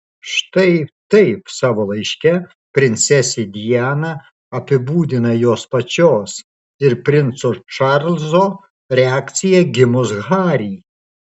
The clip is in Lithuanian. štai taip savo laiške princesė diana apibūdina jos pačios ir princo čarlzo reakciją gimus harry